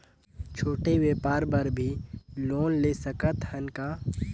छोटे व्यापार बर भी लोन ले सकत हन का?